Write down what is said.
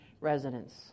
residents